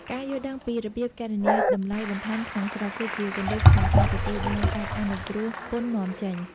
ការយល់ដឹងពីរបៀបគណនាតម្លៃបន្ថែមក្នុងស្រុក គឺជាគន្លឹះក្នុងការទទួលបានការអនុគ្រោះពន្ធនាំចេញ។